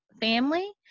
family